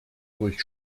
durch